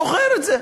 זוכר את זה.